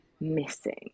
Missing